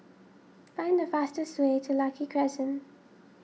find the fastest way to Lucky Crescent